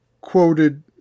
quoted